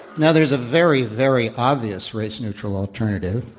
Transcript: now, there's a very, very obvious race neutral alternative,